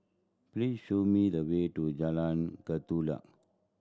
please show me the way to Jalan Ketula